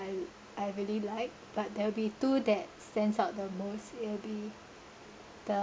rea~ I really like but there'll be two that stands out the most it'll be the